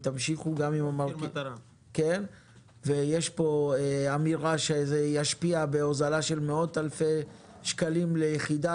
יש פה אמירה שזה ישפיע בהוזלה של מאות אלפי שקלים ליחידה,